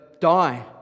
die